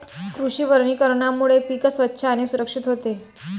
कृषी वनीकरणामुळे पीक स्वच्छ आणि सुरक्षित होते